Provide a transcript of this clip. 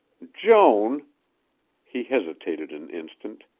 joan he hesitated an instant,